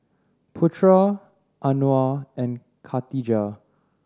Putra Anuar and Khatijah